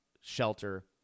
shelter